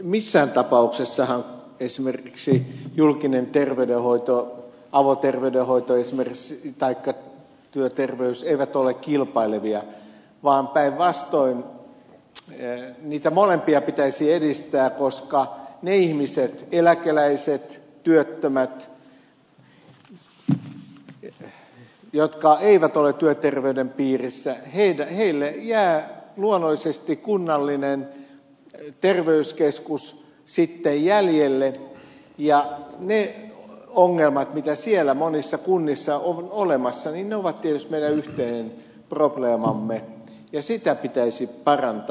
missään tapauksessahan esimerkiksi julkinen terveydenhoito avoterveydenhoito esimerkiksi ja työterveys eivät ole kilpailevia vaan päinvastoin niitä molempia pitäisi edistää koska niille ihmisille eläkeläisille työttömille jotka eivät ole työterveyden piirissä jää luonnollisesti kunnallinen terveyskeskus jäljelle ja ne ongelmat mitä siellä monissa kunnissa on olemassa ovat tietysti meidän yhteinen probleemamme ja sitä tilannetta pitäisi parantaa